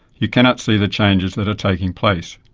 you cannot see the changes that are taking place.